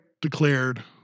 declared